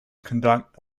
conduct